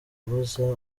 abuza